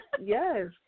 Yes